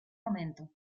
momento